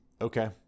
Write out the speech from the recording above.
Okay